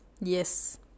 yes